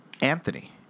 Anthony